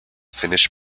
finnish